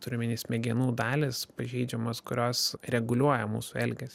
turiu omeny smegenų dalys pažeidžiamos kurios reguliuoja mūsų elgesį